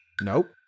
Nope